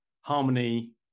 harmony